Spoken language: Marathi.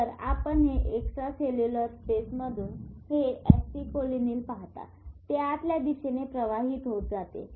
तर आपण हे एक्स्ट्रासेल्युलर स्पेसमधून हे एसिटिल्कोलीन पाहता ते आतल्या दिशेने प्रवाहित होत जाते